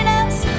else